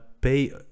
pay